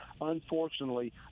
Unfortunately